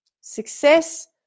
Success